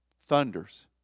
Thunders